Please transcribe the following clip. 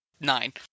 Nine